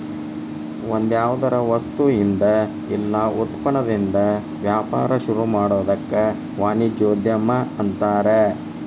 ಒಂದ್ಯಾವ್ದರ ವಸ್ತುಇಂದಾ ಇಲ್ಲಾ ಉತ್ಪನ್ನದಿಂದಾ ವ್ಯಾಪಾರ ಶುರುಮಾಡೊದಕ್ಕ ವಾಣಿಜ್ಯೊದ್ಯಮ ಅನ್ತಾರ